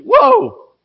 Whoa